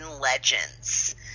legends